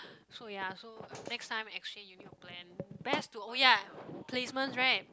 so ya so next time exchange you need to plan best to oh ya placements right